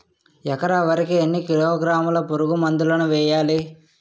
ఎకర వరి కి ఎన్ని కిలోగ్రాముల పురుగు మందులను వేయాలి?